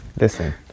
Listen